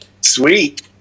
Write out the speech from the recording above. sweet